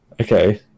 Okay